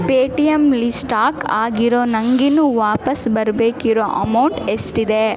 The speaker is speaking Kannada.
ಪೇ ಟಿ ಯಮ್ಲಿ ಸ್ಟಾಕ್ ಆಗಿರೋ ನನಗಿನ್ನೂ ವಾಪಸ್ಸು ಬರ್ಬೇಕಿರೋ ಅಮೌಂಟ್ ಎಷ್ಟಿದೆ